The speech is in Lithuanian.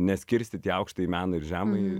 neskirstyti įaukštąjį meną ir žemąjį